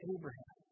Abraham